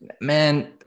man